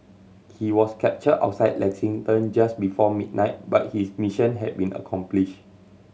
he was captured outside Lexington just before midnight but his mission had been accomplished